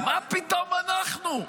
מה פתאום אנחנו?